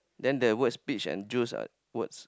then they worst beach and juice ah worst